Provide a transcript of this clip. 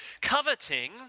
Coveting